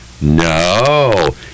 No